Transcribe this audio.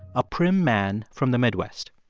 a prim man from the midwest